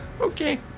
Okay